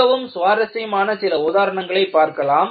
மிகவும் சுவாரசியமான சில உதாரணங்களை பார்க்கலாம்